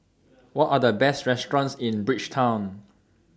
What Are The Best restaurants in Bridgetown